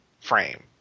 frame